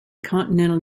continental